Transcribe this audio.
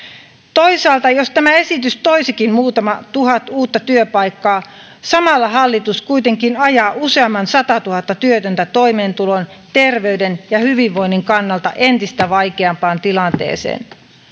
toisaalta jos tämä esitys toisikin muutama tuhat uutta työpaikkaa samalla hallitus kuitenkin ajaa useamman satatuhatta työtöntä toimeentulon terveyden ja hyvinvoinnin kannalta entistä vaikeampaan tilanteeseen